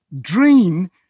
dream